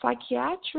psychiatric